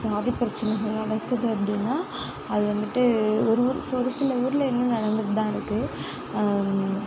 ஜாதி பிரச்சனைகள் நடக்குது அப்படின்னா அது வந்துட்டு ஒரு ஒரு ஒரு சில ஊர்ல இன்னும் நடந்துக்கிட்டு தான் இருக்குது